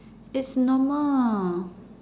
it's normal